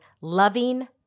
Loving